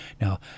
Now